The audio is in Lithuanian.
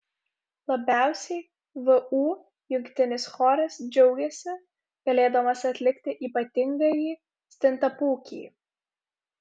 labiausiai vu jungtinis choras džiaugiasi galėdamas atlikti ypatingąjį stintapūkį